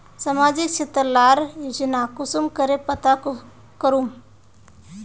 सामाजिक क्षेत्र लार योजना कुंसम करे पता करूम?